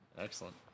Excellent